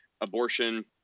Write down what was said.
abortion